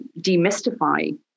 demystify